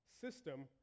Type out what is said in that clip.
system